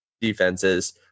defenses